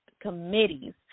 Committees